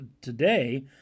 today